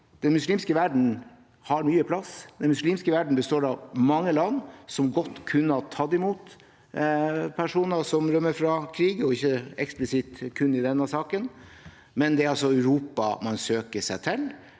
Den muslimske verden har mye plass, den muslimske verden består av mange land som godt kunne ha tatt imot personer som rømmer fra krig – ikke eksplisitt i denne saken – men det er altså Europa man søker seg til,